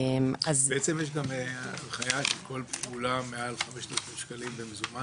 בעצם יש גם הנחיה של כל פעולה מעל 5,000 שקלים במזומן,